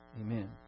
amen